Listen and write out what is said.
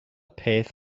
peth